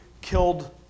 killed